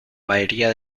mayoría